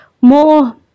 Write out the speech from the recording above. more